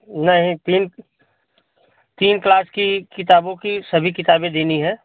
नहीं तीन तीन क्लास की किताबों की सभी किताबें देनी है